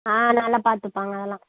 ஆ நல்லா பார்த்துப்பாங்க அது எல்லாம்